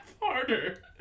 harder